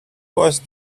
was